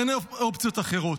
אין אופציות אחרות.